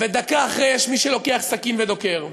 ודקה אחרי יש מי שלוקח סכין ודוקר,